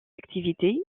activité